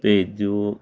ਭੇਜ ਦਿਓ